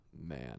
Man